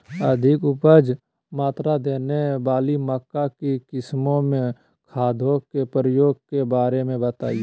अधिक उपज मात्रा देने वाली मक्का की किस्मों में खादों के प्रयोग के बारे में बताएं?